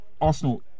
Arsenal